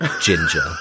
Ginger